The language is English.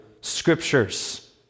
scriptures